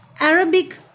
Arabic